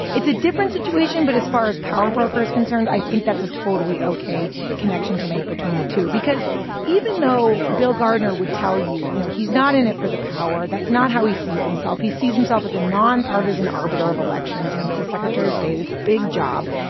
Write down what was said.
it's a different situation. but as far as powerbrokers concerned, i think that's a totally ok connection to make between the two, because even though bill gardner would tell you, you know, he's not in it for the power. that's not how he sees himself. he sees himself as a nonpartisan arbiter of elections. you know, he's the secretary of state. it's a big job.